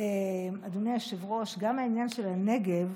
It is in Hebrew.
אדוני היושב-ראש, גם העניין של הנגב